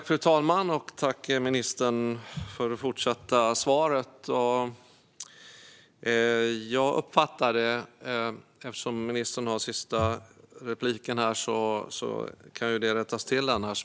Fru talman! Tack, ministern, för det fortsatta svaret! Jag uppfattar det som att ingenting kan uteslutas.